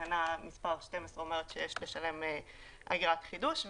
תקנה מספר 12 אומרת שיש לשלם אגרת חידוש,